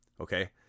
Okay